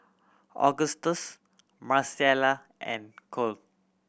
Augustus Marcella and Kole